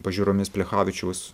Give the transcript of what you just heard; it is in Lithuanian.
pažiūromis plechavičiaus